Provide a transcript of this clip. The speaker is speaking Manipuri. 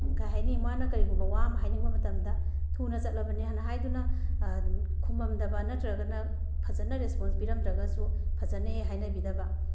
ꯀꯩ ꯍꯥꯏꯅꯤ ꯃꯥꯅ ꯀꯔꯤꯒꯨꯝꯕ ꯋꯥ ꯑꯃ ꯍꯥꯏꯅꯤꯡꯕ ꯃꯇꯝꯗ ꯊꯨꯅ ꯆꯠꯂꯕꯅꯦꯅ ꯍꯥꯏꯗꯨꯅ ꯈꯨꯃꯝꯗꯕ ꯅꯠꯇ꯭ꯔꯒꯅ ꯐꯖꯅ ꯔꯦꯁꯄꯣꯟꯁ ꯄꯤꯔꯝꯗ꯭ꯔꯒꯁꯨ ꯐꯖꯅꯍꯦꯛ ꯍꯥꯏꯅꯕꯤꯗꯕ